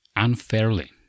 unfairly